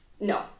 No